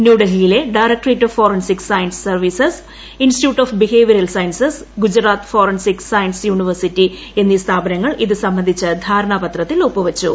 ന്യൂഡൽഹിയിലെ directorate of forensic science services institute of behavioural sciences Gujarat forensic science university എന്നീ സ്ഥാപനങ്ങൾ ഇതുസംബന്ധിച്ച ധാരണാപത്രത്തിൽ ഒപ്പു വയ്ച്ചു